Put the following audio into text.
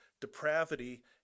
depravity